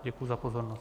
Děkuji za pozornost.